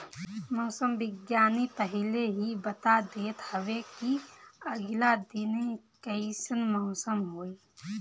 मौसम विज्ञानी पहिले ही बता देत हवे की आगिला दिने कइसन मौसम होई